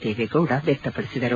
ದೇವೇಗೌಡ ವ್ಯಕ್ತಪಡಿಸಿದರು